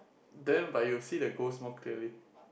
then but you see the ghost more clearly